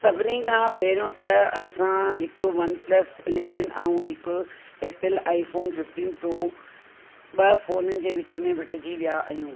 सभिनी खां पहिरियों त असां हिकु वन प्लस इलेविन ऐं हिकु Apple iPhone fifteen pro ॿ फ़ोनियुनि जे विच में बटिजी विया आहियूं